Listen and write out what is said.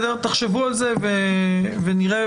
תחשבו על זה ונראה.